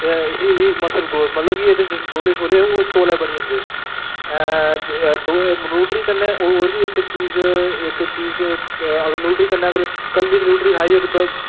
एह् इसी muscle growth क्योंकि एह्दे च डौले होर तौले बनी जंदे न्यूटरी कन्नै होर बी इक्क चीज़ इक्क चीज़ न्यूटरी कन्नै अगर कल्ली न्यूटरी खाइयै